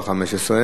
(מינהל יחידת הנוער ומועצת תלמידים ונוער),